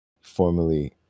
Formerly